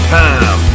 time